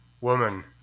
Woman